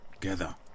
together